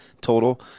total